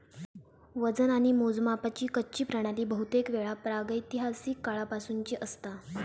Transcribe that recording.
वजन आणि मोजमापाची कच्ची प्रणाली बहुतेकवेळा प्रागैतिहासिक काळापासूनची असता